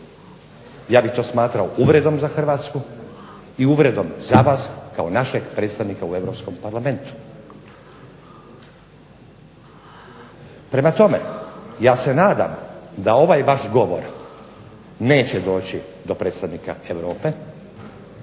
Ja bih to smatrao uvredom za Hrvatsku i uvredom za vas kao našeg predstavnika u Europskom parlamentu. Prema tome, ja se nadam da ovaj vaš govor neće doći do predstavnika Europe